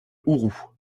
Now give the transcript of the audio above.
houerou